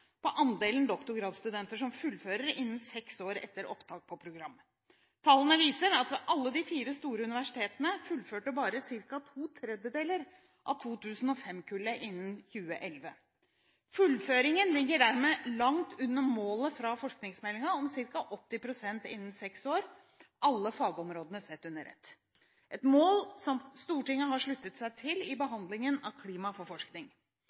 på andelen doktorgradsstudenter som fullfører innen seks år etter opptak på program. Tallene viser at ved alle de fire store universitetene fullførte bare ca. to tredjedeler av 2005-kullet innen 2011. Fullføringen ligger dermed langt under målet fra forskningsmeldingen om ca. 80 pst. innen seks år alle fagområdene sett under ett – et mål som Stortinget sluttet seg til ved behandlingen av